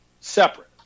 separate